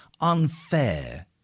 unfair